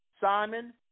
Simon